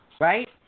right